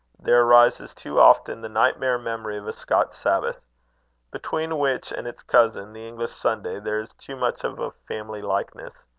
there arises too often the nightmare-memory of a scotch saabbath between which and its cousin, the english sunday, there is too much of a family likeness.